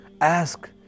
ask